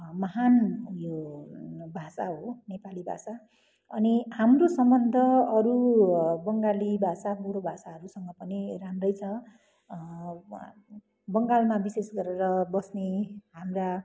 महान यो भाषा हो नेपाली भाषा अनि हाम्रो सम्बन्ध अरू बङ्गाली भाषा बोडो भाषाहरूसँग पनि राम्रै छ वहाँ बङ्गालमा विशेष गरेर बस्ने हाम्रा